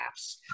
apps